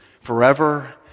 forever